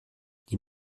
die